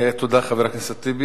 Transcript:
תודה לחבר הכנסת טיבי.